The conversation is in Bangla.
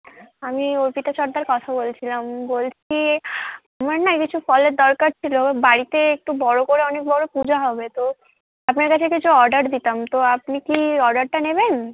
আমি অর্পিতা সর্দার কথা বলছিলাম বলছি আমার না কিছু ফলের দরকার ছিলো বাড়িতে একটু বড়ো করে অনেক বড়ো পুজো হবে তো আপনার কাছে কিছু অর্ডার দিতাম তো আপনি কি অর্ডারটা নেবেন